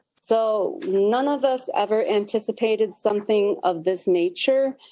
so none of us ever anticipated something of this nature.